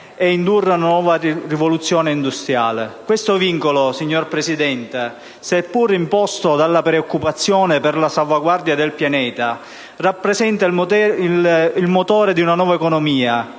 ed indurre una nuova rivoluzione industriale. Questo vincolo, signor Presidente, seppur imposto dalla preoccupazione per la salvaguardia del pianeta, rappresenta il motore di una nuova economia,